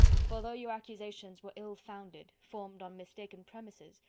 for, though your accusations were ill-founded, formed on mistaken premises,